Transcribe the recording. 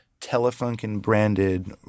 Telefunken-branded